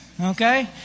Okay